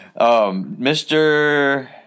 Mr